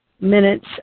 minutes